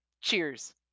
Cheers